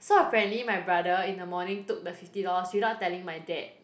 so apparently my brother in the morning took the fifty dollars without telling my dad